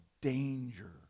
danger